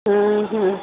ଉଁ ହୁଁ